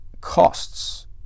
costs